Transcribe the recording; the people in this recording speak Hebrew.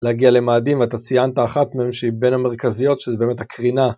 להגיע למאדים ואתה ציינת אחת מהן שהיא בין המרכזיות שזה באמת הקרינה